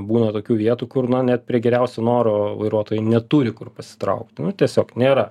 būna tokių vietų kur na net prie geriausių norų vairuotojai neturi kur pasitraukti nu tiesiog nėra